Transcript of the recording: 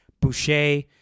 Boucher